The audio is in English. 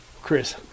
Chris